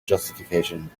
justification